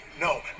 no